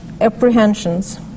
apprehensions